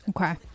Okay